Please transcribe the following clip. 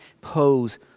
pose